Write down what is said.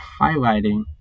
highlighting